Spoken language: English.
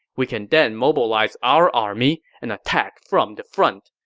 we can then mobilize our army and attack from the front.